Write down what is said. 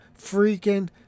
freaking